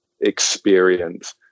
experience